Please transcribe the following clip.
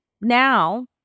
now